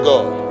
God